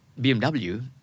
BMW